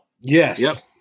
Yes